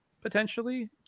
potentially